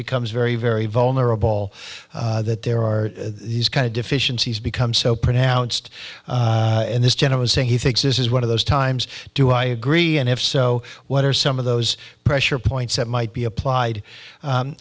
becomes very very vulnerable that there are these kind of deficiencies become so pronounced and this gentleman saying he thinks this is one of those times do i agree and if so what are some of those pressure points that might be applied